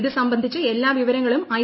ഇതു സംബന്ധിച്ച് എല്ലാ വിവരങ്ങളും ഐ